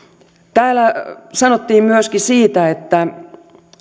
täällä sanottiin myöskin siitä että